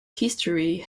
history